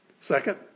Second